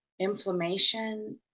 inflammation